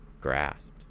grasped